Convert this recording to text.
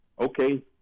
Okay